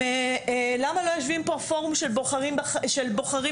למה לא יושבים פה פורום של בוחרים בחיים,